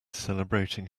celebrating